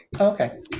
okay